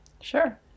sure